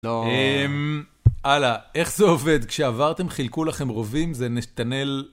הלאה, איך זה עובד? כשעברתם חילקו לכם רובים? זה נתנאל